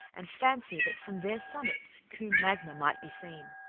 and fancy that from their summits combe magna might be seen.